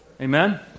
Amen